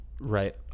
right